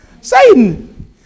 Satan